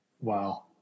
Wow